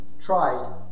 tried